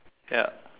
yup